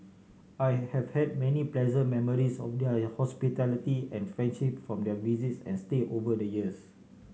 I have had many pleasant memories of their hospitality and friendship from their visits and stay over the years